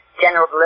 General